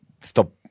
stop